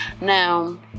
now